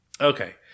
Okay